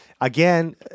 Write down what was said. Again